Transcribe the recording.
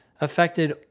affected